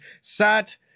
Sat